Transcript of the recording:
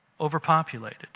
overpopulated